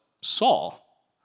Saul